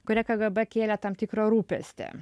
kurie kgb kėlė tam tikrą rūpestį